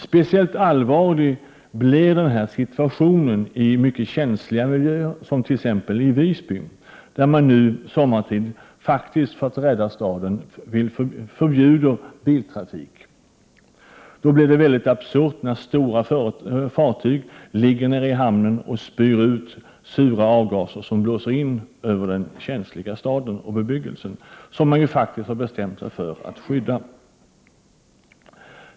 Speciellt allvarlig blir situationen i mycket känsliga miljöer, t.ex. i Visby, där man nu sommartid faktiskt för att rädda staden förbjuder biltrafik. Det blir då absurt när stora fartyg ligger nere i hamnen och spyr ut sura avgaser som blåser in över den känsliga staden och bebyggelsen, som man ju faktiskt bestämt sig för att skydda.